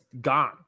gone